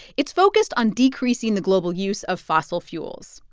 it's focused on decreasing the global use of fossil fuels.